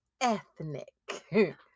ethnic